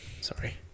sorry